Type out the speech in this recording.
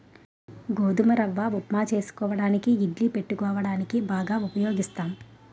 గోధుమ రవ్వ ఉప్మా చేసుకోవడానికి ఇడ్లీ పెట్టుకోవడానికి బాగా ఉపయోగిస్తాం